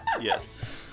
Yes